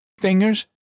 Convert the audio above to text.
Fingers